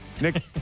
Nick